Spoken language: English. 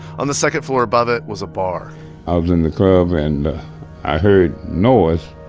on the second floor above it was a bar i was in the club, and i heard noise.